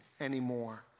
anymore